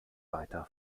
weiter